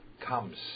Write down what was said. comes